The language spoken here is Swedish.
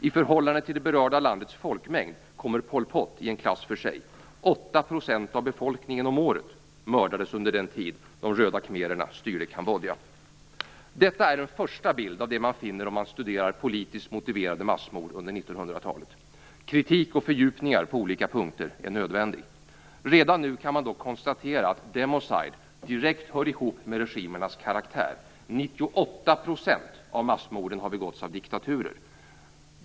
I förhållande till det berörda landets folkmängd kommer Pol Pot i en klass för sig - åtta procent av befolkningen mördades om året under den tid då de röda khmererna styrde Kambodja. Detta är en första bild av det man finner om man studerar politiskt motiverade massmord under 1900 talet. Kritik och fördjupningar på olika punkter är nödvändigt. Redan nu kan man dock konstatera att democide direkt hör ihop med regimernas karaktär. 98 % av massmorden har begåtts av diktaturer.